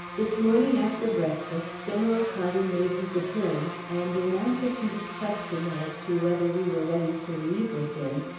this morning after breakfast, general carter made his appearance, and in answer to his question as to whether we were ready to leave with him,